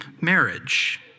marriage